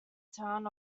town